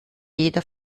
jeder